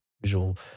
visual